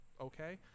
okay